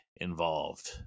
involved